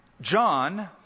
John